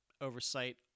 oversight